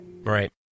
Right